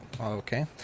Okay